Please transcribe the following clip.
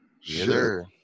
sure